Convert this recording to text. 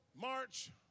March